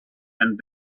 and